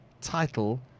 title